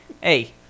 hey